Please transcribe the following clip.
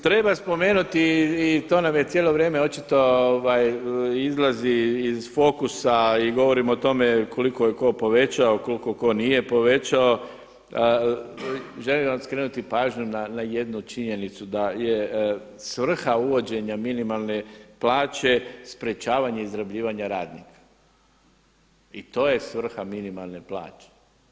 Treba spomenuti i to nam je cijelo vrijeme očito izlazi iz fokusa i govorimo o tome koliko je tko povećao, koliko tko nije povećao, želim vam skrenuti pažnju na jednu činjenicu, da je svrha uvođenja minimalne plaće sprečavanje izrabljivanja radnika i to je svrha minimalne plaće.